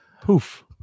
poof